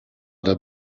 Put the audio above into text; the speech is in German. der